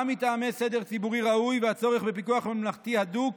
גם מטעמי סדר ציבורי ראוי והצורך בפיקוח ממלכתי הדוק